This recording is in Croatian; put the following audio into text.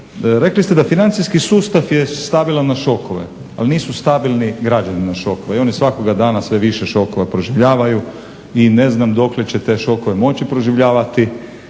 Rekli ste da financijski sustav je stabilan na šokove, ali nisu stabilni građani na šokove i oni svakoga danas sve više šokova proživljavaju i ne znam dokle će te šokove moći proživljavati.